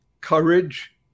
courage